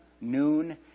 noon